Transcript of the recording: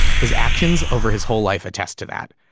his actions over his whole life attest to that.